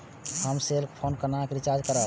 हम cell phone केना recharge करब?